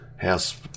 House